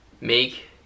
Make